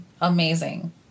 amazing